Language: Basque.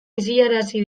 isilarazi